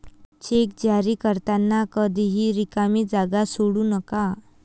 check जारी करताना कधीही रिकामी जागा सोडू नका